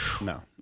No